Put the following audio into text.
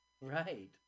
Right